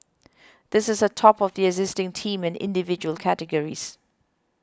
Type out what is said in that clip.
this is on top of the existing Team and Individual categories